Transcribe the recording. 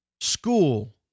school